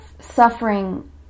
suffering